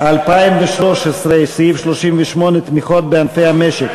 כוח-אדם ושירותי, המרכז לפיתוח המקומות,